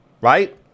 right